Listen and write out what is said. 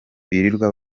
birirwa